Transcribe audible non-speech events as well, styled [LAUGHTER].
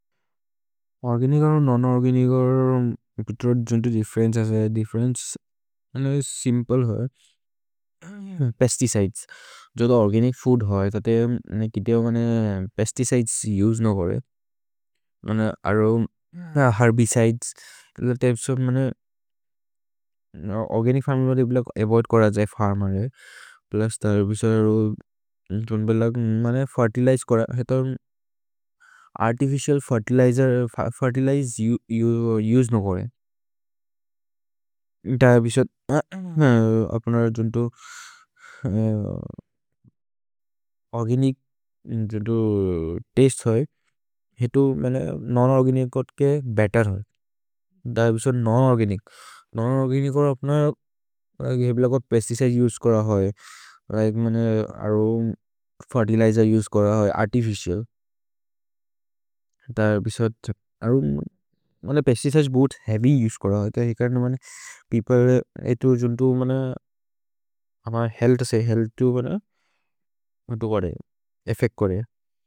ओर्गनिच् अरो, नोन्-ओर्गनिच् अरो, एक् त्रोत् जुन्तो दिफ्फेरेन्चे अस है। दिफ्फेरेन्चे सिम्प्ले होइ। पेस्तिचिदेस्। जोदो ओर्गनिच् फूद् होइ, तते किते ओ पेस्तिचिदेस् उसे न करे। अरो herbicides, killer types of. Organic farming बदि अबोइद् कर जये फर्मेरे। प्लुस् दैबिसोद्, जोन्दे बिल मने फेर्तिलिजे करे। हेतो अर्तिफिचिअल् फेर्तिलिजेर्, फेर्तिलिजे उसे न करे। दैबिसोद्, अप्न जुन्तो [HESITATION] ओर्गनिच् जुन्तो तस्ते होइ। हेतो मने नोन्-ओर्गनिच् कर्के बेत्तेर् होइ। दैबिसोद्, नोन्-ओर्गनिच्। नोन्-ओर्गनिच् अरो अप्न घेव्लगोद् पेस्तिचिदेस् उसे कर होइ। अरो फेर्तिलिजेर् उसे कर होइ। अर्तिफिचिअल्। दैबिसोद्, अरो पेस्तिचिदेस् बूथ् हेअव्य् उसे कर होइ। के कर्ने मने पेओप्ले, एतो जुन्तो मन। अम हेअल्थ् असे, हेअल्थ् जुन्तो एफ्फेच्त् करे।